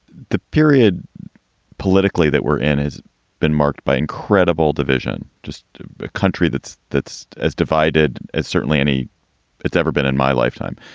the period politically that we're in has been marked by incredible division, just a country that's that's as divided as certainly any it's ever been in my lifetime.